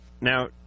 now